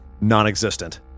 non-existent